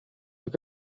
look